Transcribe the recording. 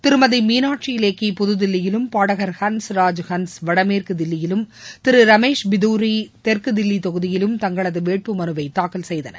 திருமதி மீனாட்சி லேக்கி புதுதில்லியிலும் பாடகர் ஹன்ஸ்ராஜ் ஹன்ஸ் வடமேற்கு தில்லியிலும் திரு ரமேஷ் பிதரி தெற்கு தில்வி தொகுதியிலும் தங்களது வேட்புமனுவை தாக்கல் செய்தனர்